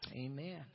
Amen